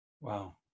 Wow